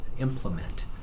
implement